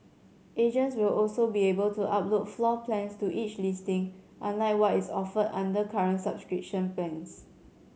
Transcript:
agents will also be able to upload floor plans to each listing unlike what is offered under current subscription plans